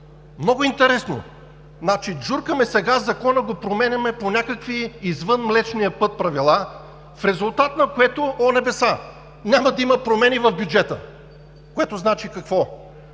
Много интересно. Значи, джуркаме сега, Закона го променяме по някакви правила извън Млечния път, в резултат на което – о, небеса – няма да има промени в бюджета. Което значи какво?